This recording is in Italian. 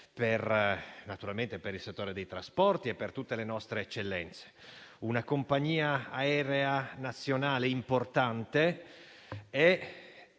per il settore dei trasporti e per tutte le nostre eccellenze. Una compagnia aerea nazionale importante è